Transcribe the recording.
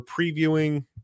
previewing